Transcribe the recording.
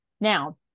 Now